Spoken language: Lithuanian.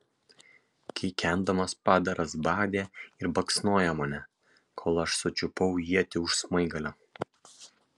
kikendamas padaras badė ir baksnojo mane kol aš sučiupau ietį už smaigalio